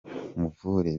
nkuvure